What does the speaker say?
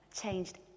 changed